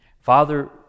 Father